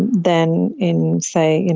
than in, say, you know